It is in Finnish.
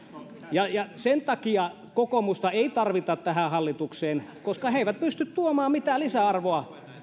ja sen takia kokoomusta ei tarvita tähän hallitukseen koska he eivät pysty tuomaan mitään lisäarvoa